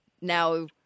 now